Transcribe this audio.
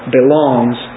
belongs